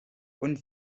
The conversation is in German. und